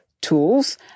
tools